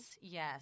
Yes